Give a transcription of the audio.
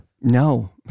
No